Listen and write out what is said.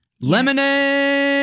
Lemonade